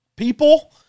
People